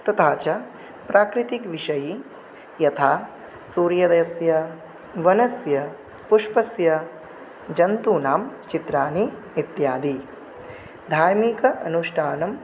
तथा च प्राकृतिकविषये यथा सूर्योदयस्य वनस्य पुष्पस्य जन्तूनां चित्राणि इत्यादिधार्मिक अनुष्ठानं